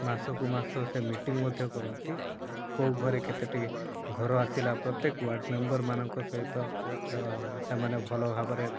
ମାସକୁ ମାସ ସେ ମିଟିଂ ମଧ୍ୟ କରନ୍ତି କେଉଁ ଘରେ କେତୋଟି ଘର ଆସିଲା ପ୍ରତ୍ୟେକ ୱାର୍ଡ଼୍ ମେମ୍ବର୍ମାନଙ୍କ ସହିତ ସେମାନେ ଭଲ ଭାବରେ